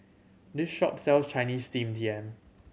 this shop sell Chinese Steamed Yam